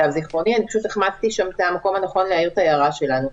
פשוט החמצתי שם את המקום הנכון להעיר את ההערה שלנו.